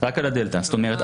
זאת אומרת,